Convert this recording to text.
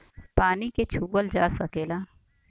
पानी के छूअल जा सकेला